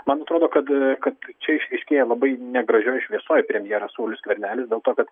man atrodo kad kad čia išryškėja labai negražioj šviesoj premjeras saulius skvernelis dėl to kad